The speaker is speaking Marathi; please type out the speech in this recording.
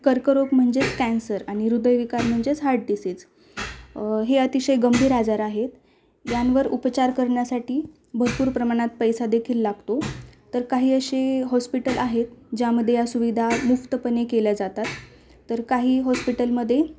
कर्करोग म्हणजेच कॅन्सर आणि हृदय विकार म्हणजेच हार्ट डिसीज हे अतिशय गंभीर आजार आहेत यांवर उपचार करण्यासाठी भरपूर प्रमाणात पैसा देखील लागतो तर काही असे हॉस्पिटल आहेत ज्यामध्ये या सुविधा मुफ्तपणे केले जातात तर काही हॉस्पिटलमध्ये